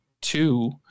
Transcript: two